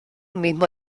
mismo